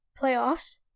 playoffs